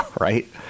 right